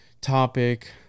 topic